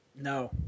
No